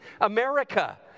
America